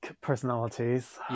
personalities